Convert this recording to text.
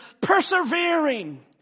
persevering